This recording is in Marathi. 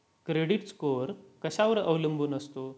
क्रेडिट स्कोअर कशावर अवलंबून असतो?